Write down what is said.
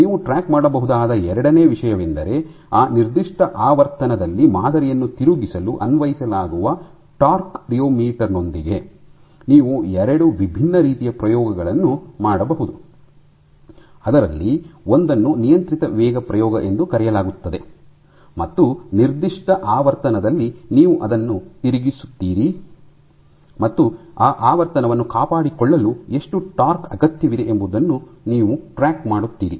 ನೀವು ಟ್ರ್ಯಾಕ್ ಮಾಡಬಹುದಾದ ಎರಡನೆಯ ವಿಷಯವೆಂದರೆ ಆ ನಿರ್ದಿಷ್ಟ ಆವರ್ತನದಲ್ಲಿ ಮಾದರಿಯನ್ನು ತಿರುಗಿಸಲು ಅನ್ವಯಿಸಲಾಗುವ ಟಾರ್ಕ್ ರಿಯೊಮೀಟರ್ ನೊಂದಿಗೆ ನೀವು ಎರಡು ವಿಭಿನ್ನ ರೀತಿಯ ಪ್ರಯೋಗಗಳನ್ನು ಮಾಡಬಹುದು ಅದರಲ್ಲಿ ಒಂದನ್ನು ನಿಯಂತ್ರಿತ ವೇಗ ಪ್ರಯೋಗ ಎಂದು ಕರೆಯಲಾಗುತ್ತದೆ ಮತ್ತು ನಿರ್ದಿಷ್ಟ ಆವರ್ತನದಲ್ಲಿ ನೀವು ಅದನ್ನು ತಿರುಗಿಸುತ್ತೀರಿ ಮತ್ತು ಆ ಆವರ್ತನವನ್ನು ಕಾಪಾಡಿಕೊಳ್ಳಲು ಎಷ್ಟು ಟಾರ್ಕ್ ಅಗತ್ಯವಿದೆ ಎಂಬುದನ್ನು ನೀವು ಟ್ರ್ಯಾಕ್ ಮಾಡುತ್ತೀರಿ